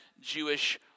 Jewish